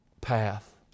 path